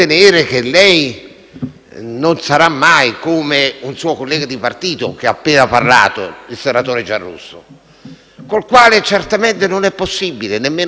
non sarà mai come un suo collega di partito che ha appena parlato, il senatore Giarrusso, con il quale certamente non è possibile nemmeno scrivere una norma.